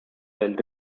del